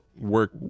work